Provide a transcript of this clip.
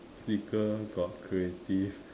speaker got creative